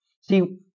See